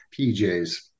pjs